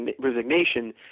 resignation